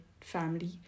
family